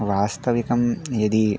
वास्तविकं यदि